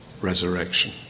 resurrection